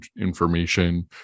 information